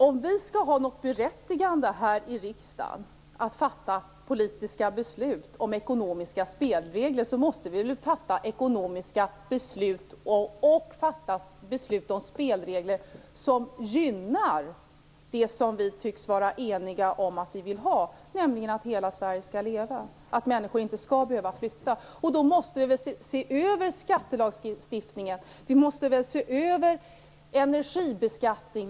Om vi skall ha något berättigande här i riksdagen att fatta politiska beslut om ekonomiska spelregler måste vi väl fatta ekonomiska beslut, fatta beslut om spelregler, som gynnar det som vi tycks vara eniga om, nämligen att hela Sverige skall leva, att människor inte skall behöva flytta. Då måste vi se över skattelagstiftningen, och vi måste se över energibeskattningen.